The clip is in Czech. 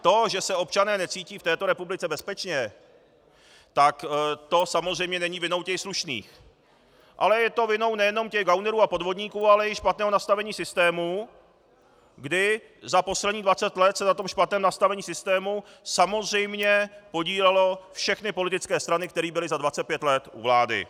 To, že se občané necítí v této republice bezpečně, tak to samozřejmě není vinou těch slušných, ale je to vinou nejenom těch gaunerů a podvodníků, ale i špatného nastavení systému, kdy za posledních dvacet let se na tom špatném nastavení systému samozřejmě podílely všechny politické strany, které byly za dvacet pět let u vlády.